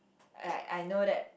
I I know that